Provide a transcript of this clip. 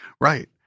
right